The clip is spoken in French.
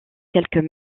quelques